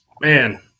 Man